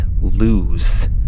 lose